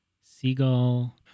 seagull